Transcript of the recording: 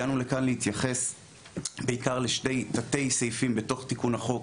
הגענו לכאן להתייחס בעיקר לשני תתי סעיפים בתוך תיקון החוק